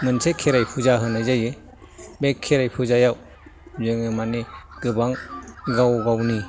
मोनसे खेराइ फुजा होनाय जायो बे खेराइ फुजायाव जोङो माने गोबां गाव गावनि